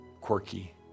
quirky